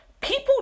people